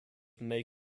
may